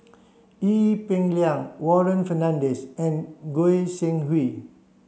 Ee Peng Liang Warren Fernandez and Goi Seng Hui